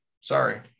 sorry